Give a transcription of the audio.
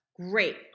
great